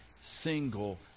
single